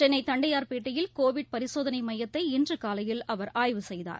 சென்னைதண்டையார்பேட்டையில் Covid பரிசோதனைமையத்தை இன்றுகாலையில் அவர் ஆய்வு செய்தார்